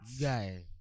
Guy